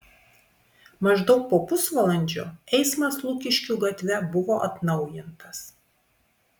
maždaug po pusvalandžio eismas lukiškių gatve buvo atnaujintas